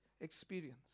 experience